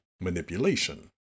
Manipulation